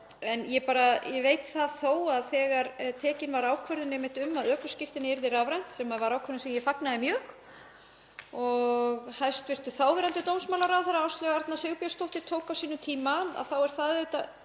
Ég veit þó að þegar tekin var ákvörðun um að ökuskírteini yrði rafrænt, sem var ákvörðun sem ég fagnaði mjög og hæstv. þáverandi dómsmálaráðherra, Áslaug Arna Sigurbjörnsdóttir, tók á sínum tíma, þá var það undir